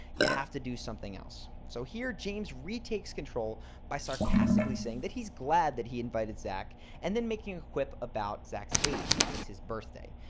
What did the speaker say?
you have to do something else. so here, james retakes control by sarcastically saying that he's glad that he invited zack and then making a quip about zack's age since it's his birthday.